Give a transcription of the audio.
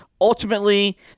Ultimately